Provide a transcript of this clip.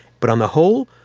but on the whole,